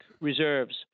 Reserves